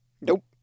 Nope